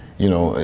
you know,